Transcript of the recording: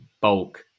bulk